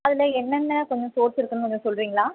அதில் என்னென்னா கொஞ்சம் சோர்ஸ் இருக்குதுன்னு கொஞ்சம் சொல்லுறிங்களா